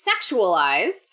sexualized